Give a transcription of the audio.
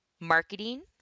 marketing